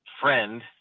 friend